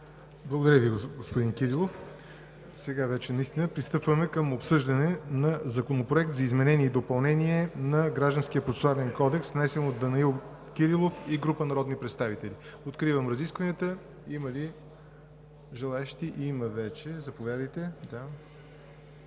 Благодаря Ви, господин Кирилов. Пристъпваме към обсъждане на Законопроекта за изменение и допълнение на Гражданския процесуален кодекс, внесен от Данаил Кирилов и група народни представители. Откривам разискванията. Има ли желаещи? Заповядайте,